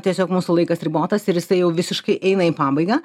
tiesiog mūsų laikas ribotas ir jisai jau visiškai eina į pabaigą